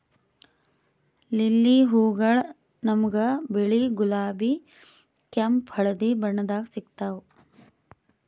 lily ಹೂವಗೊಳ್ ನಮ್ಗ್ ಬಿಳಿ, ಗುಲಾಬಿ, ಕೆಂಪ್, ಹಳದಿ ಬಣ್ಣದಾಗ್ ಸಿಗ್ತಾವ್